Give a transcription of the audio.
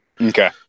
okay